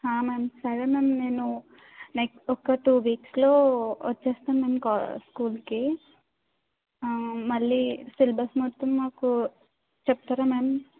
హా మేమ్ సరే మేమ్ నేను నెక్స్ట్ ఒక టూ వీక్స్లో వచ్చేస్తాను నేను కా స్కూల్కి ఆ మళ్ళీ సిలబస్ మొత్తం మాకు చెప్తారా మేము